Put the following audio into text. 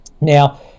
now